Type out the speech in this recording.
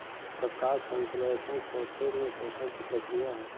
प्रकाश संश्लेषण पौधे में पोषण की प्रक्रिया है